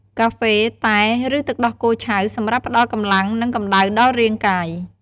កាហ្វេ តែ ឬទឹកដោះគោឆៅ សម្រាប់ផ្តល់កម្លាំង និងកំដៅដល់រាងកាយ។